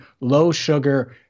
low-sugar